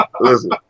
listen